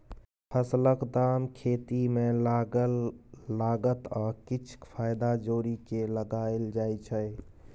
फसलक दाम खेती मे लागल लागत आ किछ फाएदा जोरि केँ लगाएल जाइ छै